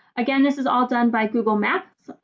again, this is all done by google maps,